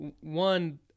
one